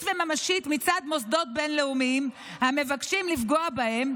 וממשית מצד מוסדות בין-לאומיים המבקשים לפגוע בהם